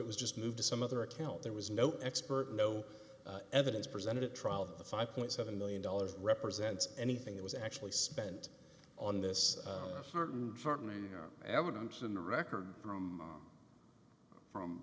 it was just moved to some other account there was no expert no evidence presented at trial of the five point seven million dollars represents anything it was actually spent on this certain certain evidence in the record from